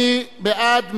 מי בעד?